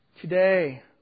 today